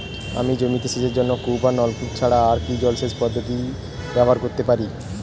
আমি জমিতে সেচের জন্য কূপ ও নলকূপ ছাড়া আর কি জলসেচ পদ্ধতি ব্যবহার করতে পারি?